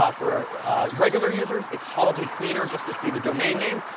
ah for regular users, it's probably cleaner just to see the domain name.